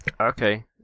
Okay